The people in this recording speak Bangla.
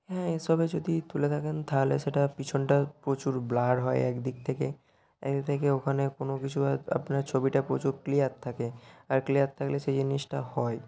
হ্যাঁ এসবে যদি তুলে থাকেন তাহলে সেটা পিছনটা প্রচুর ব্লার হয় এক দিক থেকে এক দিক থেকে ওখানে কোনো কিছু হয়তো আপনার ছবিটা প্রচুর ক্লিয়ার থাকে আর ক্লিয়ার থাকলে সেই জিনিসটা হয়